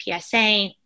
PSA